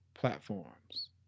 platforms